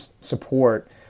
support